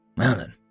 Alan